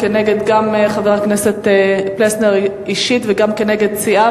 גם כנגד חבר הכנסת פלסנר אישית וגם כנגד סיעה,